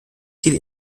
sie